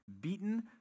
beaten